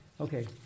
Okay